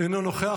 אינו נוכח,